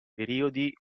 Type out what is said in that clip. periodi